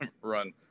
run